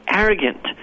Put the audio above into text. arrogant